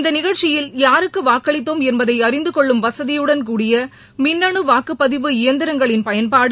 இந்த நிகழ்ச்சியில் யாருக்கு வாக்களித்தோம் என்பதை அறிந்துகொள்ளும் வசதியுடன் கூடிய மின்னனு வாக்குப்பதிவு இயந்திரங்களின் பயன்பாடு